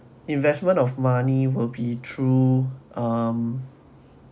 investment of money will be through um